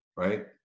Right